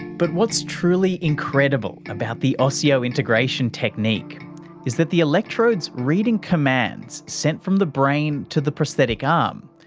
but what's truly incredible about the osseointegration technique is that the electrodes, reading commands sent from the brain to the prosthetic um